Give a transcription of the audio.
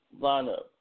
lineup